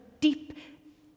deep